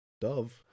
Dove